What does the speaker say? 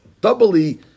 doubly